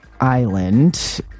Island